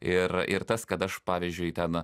ir ir tas kad aš pavyzdžiui ten